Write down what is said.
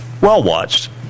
well-watched